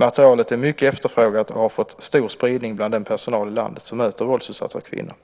Materialet är mycket efterfrågat och har fått stor spridning bland den personal i landet som möter våldsutsatta kvinnor.